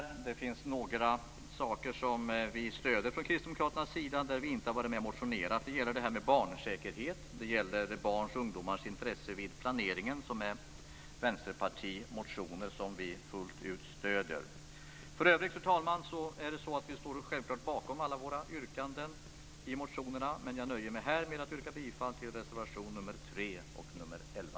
Det finns några saker som vi stöder från Kristdemokraternas sida trots att vi inte har varit med och motionerat. Det gäller barnsäkerhet och barns och ungdomars intresse vid planeringen. Det är Vänsterpartimotioner som vi fullt ut stöder. För övrigt, fru talman, står vi självfallet bakom alla våra yrkanden i motionerna. Jag nöjer mig här med att yrka bifall till reservationerna 3 och 11.